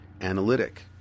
analytic